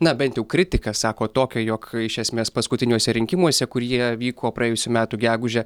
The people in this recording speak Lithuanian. na bent jau kritiką sako tokią jog iš esmės paskutiniuose rinkimuose kurie vyko praėjusių metų gegužę